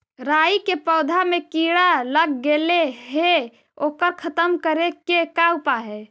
राई के पौधा में किड़ा लग गेले हे ओकर खत्म करे के का उपाय है?